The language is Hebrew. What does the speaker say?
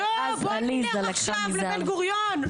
יואו, בואו נלך עכשיו לבן גוריון.